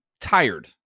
tired